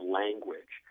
language